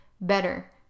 better